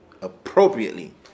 appropriately